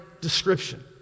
description